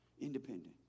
Independent